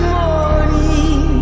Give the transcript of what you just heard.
morning